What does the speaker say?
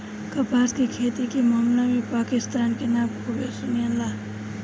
कपास के खेती के मामला में पाकिस्तान के नाम खूबे सुनाला